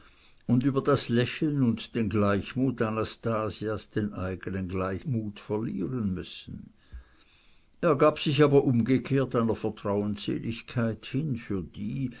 und über das lächeln und den gleichmut anastasias den eigenen gleichmut verlieren müssen er gab sich aber umgekehrt einer vertrauensseligkeit hin für die